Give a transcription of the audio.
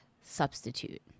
substitute